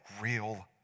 real